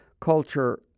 culture